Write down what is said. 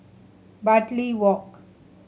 Bartley Walk